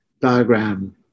diagram